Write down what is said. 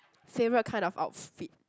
favourite kind of outfit